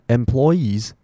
employees